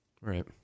Right